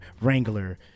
Wrangler